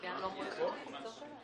אחווה שלוש מערכות בחירות,